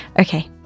Okay